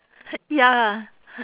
ya